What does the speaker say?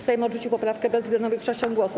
Sejm odrzucił poprawkę bezwzględną większością głosów.